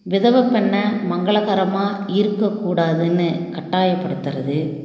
விதவை பெண்ணை மங்களகரமாக இருக்கக்கூடாதுன்னு கட்டாயப்படுத்துவது